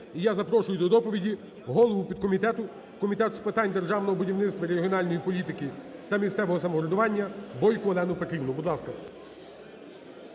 І я запрошую до доповіді голову підкомітету Комітету з питань державного будівництва, регіональної політики та місцевого самоврядування Бойко Олену Петрівну.